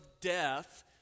death